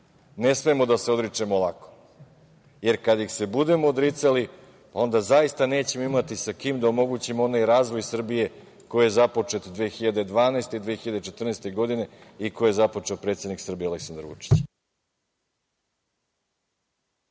Ne smemo da se odričemo lako, jer kada ih se budemo odricali, onda zaista nećemo imati sa kim da omogućimo onaj razvoj Srbije koji je započet 2012, 2014. godine i koji je započeo predsednik Srbije Aleksandar Vučić.